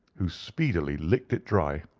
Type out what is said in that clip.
who speedily licked it dry.